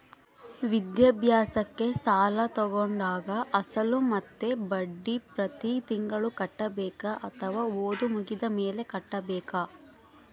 ವಿದ್ಯಾಭ್ಯಾಸಕ್ಕೆ ಸಾಲ ತೋಗೊಂಡಾಗ ಅಸಲು ಮತ್ತೆ ಬಡ್ಡಿ ಪ್ರತಿ ತಿಂಗಳು ಕಟ್ಟಬೇಕಾ ಅಥವಾ ಓದು ಮುಗಿದ ಮೇಲೆ ಕಟ್ಟಬೇಕಾ?